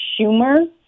Schumer